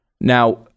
Now